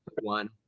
one